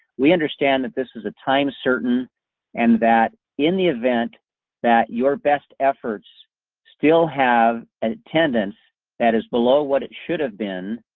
we understand that this is a time certain and that, in the event that your best efforts still have attendance that is below what it should have been,